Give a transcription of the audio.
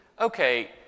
okay